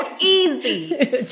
Easy